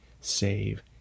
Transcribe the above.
save